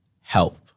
help